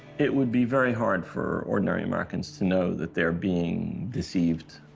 it would be very hard for ordinary americans to know that theyire being deceived,